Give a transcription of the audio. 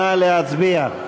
נא להצביע.